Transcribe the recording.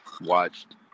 watched